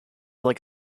like